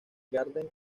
garden